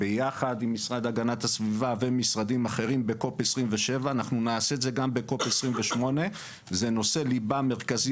ביחד עם המשרד להגנת הסביבה ומשרדים אחרים ב- 27 COP. אנחנו נעשה את זה גם ב-COP 28. זה נושא ליבה מרכזי